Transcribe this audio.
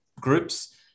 groups